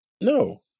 No